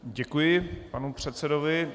Děkuji panu předsedovi.